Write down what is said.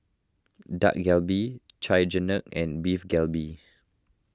Dak Galbi Chigenabe and Beef Galbi